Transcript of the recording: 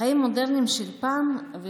החיים המודרניים של פעם,